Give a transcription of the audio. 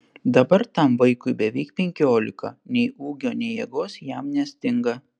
dabar tam vaikui beveik penkiolika nei ūgio nei jėgos jam nestinga